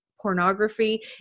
pornography